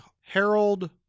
Harold